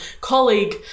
colleague